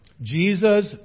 Jesus